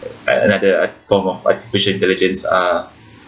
another form of artificial intelligence are